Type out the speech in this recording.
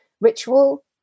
ritual